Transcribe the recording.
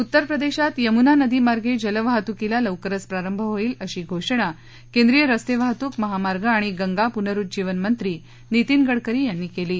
उत्तर प्रदेशात यमुना नदी मागें जलवाहतुकीला लवरकच प्रारंभ होईल अशी घोषणा केंद्रीय रस्ते वाहतूक महामार्ग आणि गंगा पुनरुज्जीवनमंत्री नितीन गडकरी यांनी केली आहे